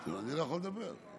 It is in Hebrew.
אני לא יכול לדבר.